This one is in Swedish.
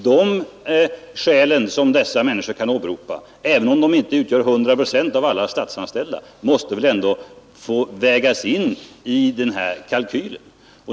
De skäl dessa människor kan åberopa, även om de inte anförs av alla anställda, måste väl ändå få vägas in i denna kalkyl.